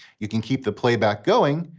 you can keep the playback going,